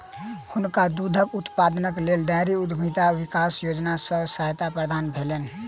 हुनका दूध उत्पादनक लेल डेयरी उद्यमिता विकास योजना सॅ सहायता प्राप्त भेलैन